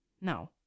No